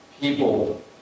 people